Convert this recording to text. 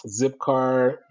Zipcar